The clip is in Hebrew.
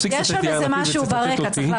--- כשתספיק לצטט את יאיר לפיד, ותצטט אותי.